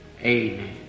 Amen